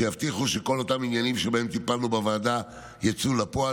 שיבטיחו שכל אותם עניינים שבהם טיפלנו בוועדה יצאו לפועל.